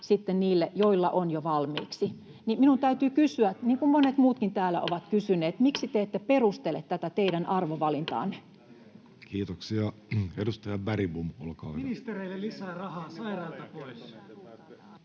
Solidaarisuusvero jatkuu!] niin minun täytyy kysyä, niin kuin monet muutkin täällä ovat kysyneet, miksi te ette perustele tätä teidän arvovalintaanne. Kiitoksia. — Edustaja Bergbom, olkaa hyvä. Arvoisa herra puhemies!